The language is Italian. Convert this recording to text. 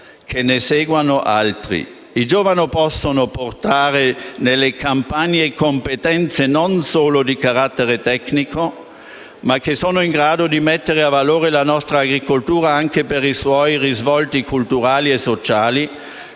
che ne seguano altri. I giovani possono portare nelle campagne competenze, non solo di carattere tecnico, che sono in grado di mettere a valore la nostra agricoltura anche per i suoi risvolti culturali e sociali,